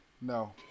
No